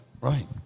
Right